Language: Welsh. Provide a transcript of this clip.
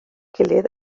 gilydd